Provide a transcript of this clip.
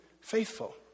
faithful